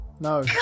No